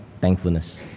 thankfulness